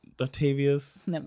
Octavius